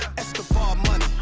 escobar money